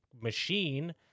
machine